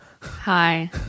hi